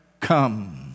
come